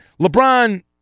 LeBron—